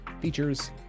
features